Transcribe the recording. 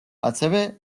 ასევე